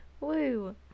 woo